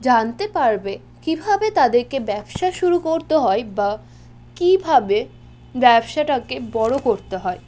জানতে পারবে কিভাবে তাদেরকে ব্যবসা শুরু করতে হয় বা কিভাবে ব্যবসাটাকে বড়ো করতে হয়